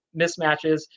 mismatches